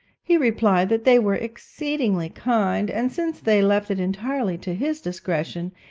he replied that they were exceedingly kind, and since they left it entirely to his discretion,